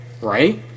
right